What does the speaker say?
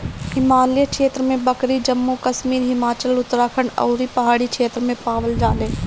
हिमालय क्षेत्र में बकरी जम्मू कश्मीर, हिमाचल, उत्तराखंड अउरी पहाड़ी क्षेत्र में पावल जाले